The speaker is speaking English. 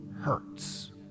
hurts